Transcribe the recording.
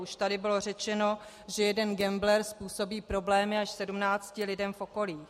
Už tady bylo řečeno, že jeden gambler způsobí problémy až sedmnácti lidem v okolí.